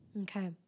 Okay